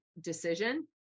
decision